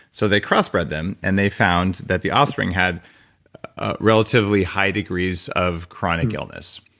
so, they crossbred them and they found that the offspring had ah relatively high degrees of chronic illness.